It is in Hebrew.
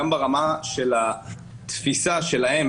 ברמה של התפיסה שלהם,